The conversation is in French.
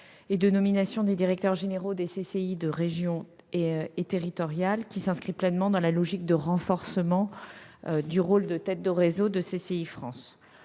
et de nomination des directeurs généraux des CCI territoriales et de région, ce qui s'inscrit pleinement dans la logique de renforcement du rôle de tête de réseau de CCI France.